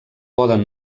poden